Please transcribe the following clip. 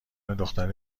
دختر